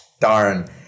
Darn